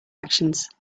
actions